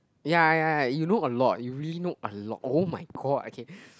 ya ya ya you know a lot you really know a lot oh-my-god okay